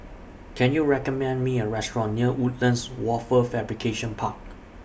Can YOU recommend Me A Restaurant near Woodlands Wafer Fabrication Park